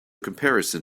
comparison